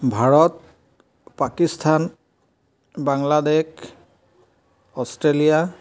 Bharat Pakistan Bangladesh Australia